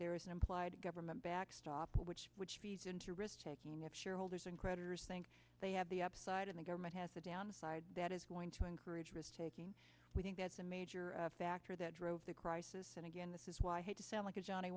there is an implied government backstop which which feeds into risk taking if shareholders and creditors think they have the upside and the government has a downside that is going to encourage risk taking we think that's a major factor that drove the crisis and again this is why i hate to sound like a johnny